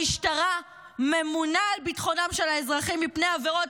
המשטרה ממונה על ביטחונם של האזרחים מפני עבירות